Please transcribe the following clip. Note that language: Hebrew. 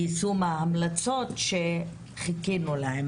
ליישום ההמלצות שחיכינו להן.